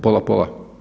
Pola, pola.